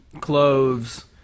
cloves